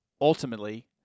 ultimately